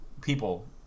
people